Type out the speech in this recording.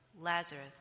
Lazarus